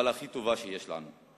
אבל הכי טובה שיש לנו".